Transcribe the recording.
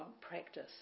practice